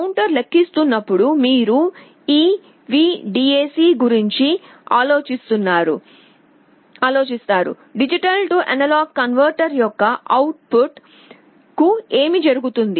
counter లెక్కిస్తున్నప్పుడు మీరు ఈ VDAC గురించి ఆలోచిస్తారు D A కన్వర్టర్ యొక్క అవుట్ పుట్ కు ఏమి జరుగుతుంది